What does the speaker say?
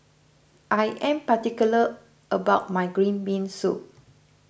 I am particular about my Green Bean Soup